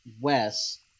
west